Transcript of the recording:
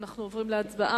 אנחנו עוברים להצבעה.